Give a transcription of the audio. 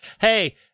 Hey